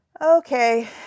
Okay